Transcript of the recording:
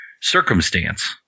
circumstance